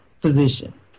position